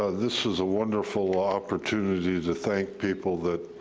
ah this is a wonderful opportunity to thank people that